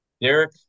derek